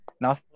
Now